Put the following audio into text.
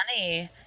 money